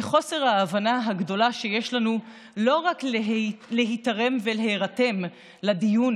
וחוסר ההבנה הגדול שיש לנו לא רק להירתם לדיון